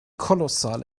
kolossal